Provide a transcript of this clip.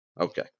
Okay